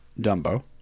Dumbo